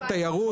התיירות,